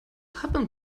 happen